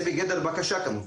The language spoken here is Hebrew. זה בגדר בקשה כמובן.